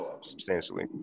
substantially